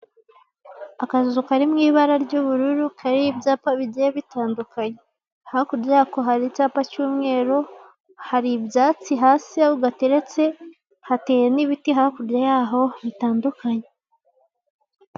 Akazu kari mu ibara ry'ubururu kariho ibyapa bigoye bitandukanye. Hakurya Yako hari icyapa cy'umweru, hari ibyatsi hasi Aho gateretse, hateye n'ibiti bigiye bitandukanye